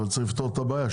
אבל צריך לפתור את הבעיה.